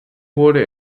wurde